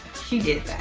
she did